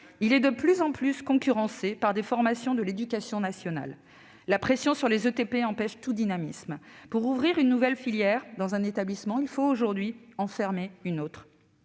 Il est de plus en plus concurrencé par des formations de l'éducation nationale, tandis que la pression sur les équivalents temps plein (ETP) empêche tout dynamisme : pour ouvrir une nouvelle filière dans un établissement, il faut aujourd'hui en fermer une autre.